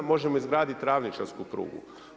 Možemo izgraditi ravničarsku prugu.